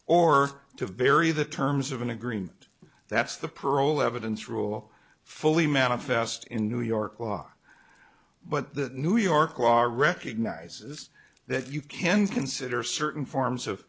or to vary the terms of an agreement that's the parole evidence rule fully manifest in new york law but the new york wara recognizes that you can consider certain forms of